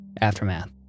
aftermath